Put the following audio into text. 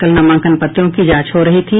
कल नामांकन पत्रों की जांच हो रही थी